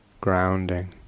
grounding